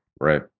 Right